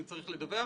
צריך לדווח?